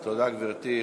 תודה, גברתי.